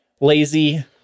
lazy